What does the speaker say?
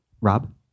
Rob